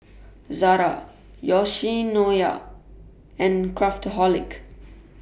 Zara Yoshinoya and Craftholic